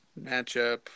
matchup